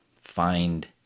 find